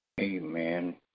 Amen